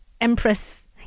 empress